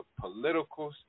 political